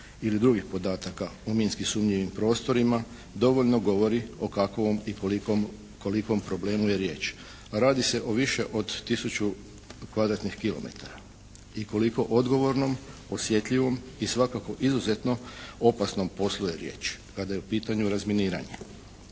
ili drugih podataka u minski sumnjivim prostorima dovoljno govori o kakovom i kolikom problemu je riječ. Radi se o više od tisuću kvadratnih kilometara i koliko odgovornom, osjetljivom i svakako izuzetno opasnom poslu je riječ kada je u pitanju razminiranje.